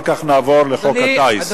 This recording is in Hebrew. ואחר כך נעבור לחוק הטיס.